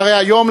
והרי היום,